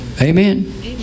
Amen